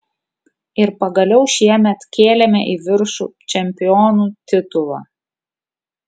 ir pagaliau šiemet kėlėme į viršų čempionų titulą